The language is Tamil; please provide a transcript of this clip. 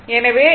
எனவே ஏ